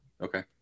Okay